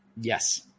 Yes